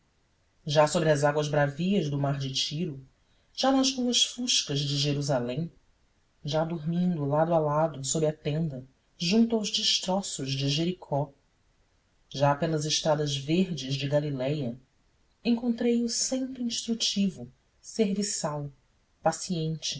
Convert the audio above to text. já sobre as águas bravias do mar de tiro já nas ruas fuscas de jerusalém já dormindo lado a lado sob a tenda junto aos destroços de jericó já pelas estradas verdes de galiléia encontrei-o sempre instrutivo serviçal paciente